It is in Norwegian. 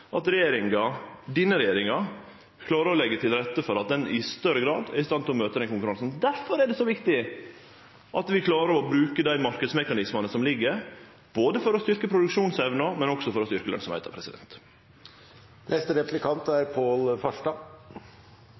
denne regjeringa klarer å leggje til rette for at ein i større grad er i stand til å møte den konkurransen. Difor er det så viktig at vi klarer å bruke dei marknadsmekanismane som ligg der, for å styrkje både produksjonsevna og lønsemda. På svært mange områder er